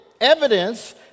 Evidence—